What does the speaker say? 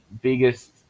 biggest